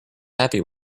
happy